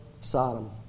Sodom